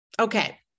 okay